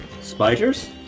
Spiders